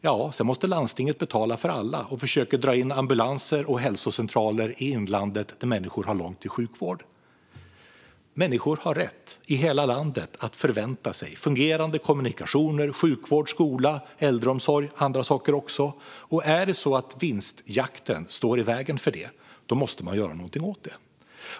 Landstinget måste sedan betala för alla och försöker dra in ambulanser och hälsocentraler i inlandet, där människor har långt till sjukvård. Människor i hela landet har rätt att förvänta sig fungerande kommunikationer, sjukvård, skola, äldreomsorg och andra saker. Är det så att vinstjakten står i vägen för det, då måste man göra något åt det.